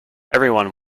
everyone